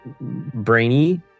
brainy